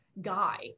guy